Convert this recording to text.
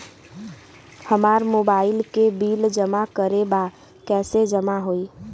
हमार मोबाइल के बिल जमा करे बा कैसे जमा होई?